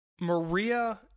Maria